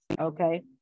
okay